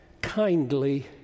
kindly